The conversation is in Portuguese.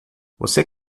você